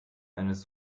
eines